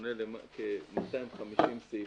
שמונה כ-250 סעיפים.